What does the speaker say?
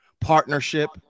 partnership